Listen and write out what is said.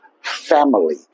family